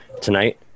Tonight